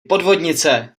podvodnice